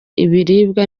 ibiribwa